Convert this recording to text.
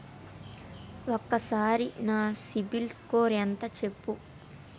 ఒక్కసారి నా సిబిల్ స్కోర్ ఎంత చెప్పు?